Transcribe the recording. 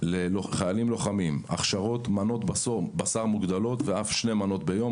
לחיילים לוחמים והכשרות מנות בשר מוגדלות ואף שתי מנות ביום.